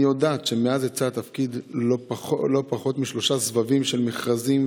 אני יודעת שמאז יצא התפקיד ללא פחות משלושה סבבים של מכרזים,